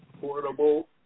Portable